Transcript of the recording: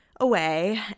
away